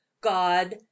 god